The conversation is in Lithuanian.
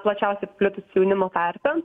plačiausiai paplitusi jaunimo tarpe